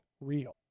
real